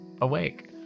awake